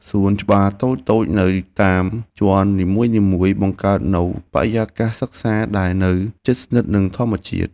សួនច្បារតូចៗនៅតាមជាន់នីមួយៗបង្កើតនូវបរិយាកាសសិក្សាដែលនៅជិតស្និទ្ធនឹងធម្មជាតិ។